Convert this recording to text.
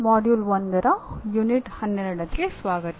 module 1 ರ unit 12 ಗೆ ಸ್ವಾಗತ